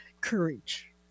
courage